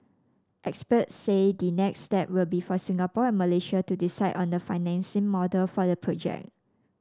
experts said the next step will be for Singapore and Malaysia to decide on the financing model for the project